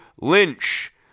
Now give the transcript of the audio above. lynch